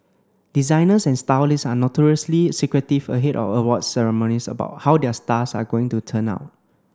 designers and stylists are notoriously secretive ahead of awards ceremonies about how their stars are going to turn out